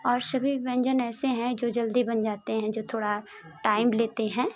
और सभी व्यंजन ऐसे हैं जो जल्दी बन जाते हैं जो थोड़ा टाइम लेते हैं